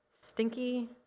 Stinky